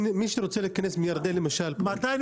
מי שרוצה להיכנס מירדן למשל.